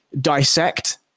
dissect